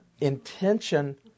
intention